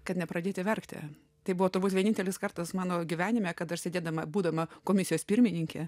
kad nepradėti verkti tai buvo turbūt vienintelis kartas mano gyvenime kad aš sėdėdama būdama komisijos pirmininkė